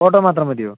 photo മാത്രം മതിയോ